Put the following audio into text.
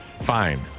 fine